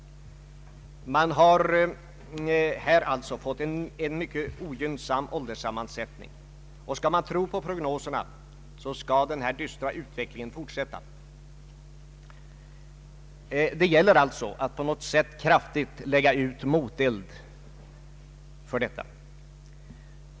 Man har alltså fått en mycket ogynnsam ålderssamman sättning, och om man skall tro på prognoserna kommer denna dystra utveckling att fortsätta. Det gäller att på något sätt kraftigt lägga ut moteld för detta.